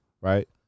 right